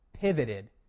pivoted